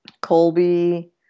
Colby